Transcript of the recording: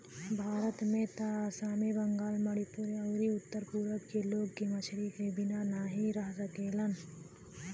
भारत में त आसामी, बंगाली, मणिपुरी अउरी उत्तर पूरब के लोग के मछरी क बिना नाही रह सकेलन